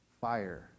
fire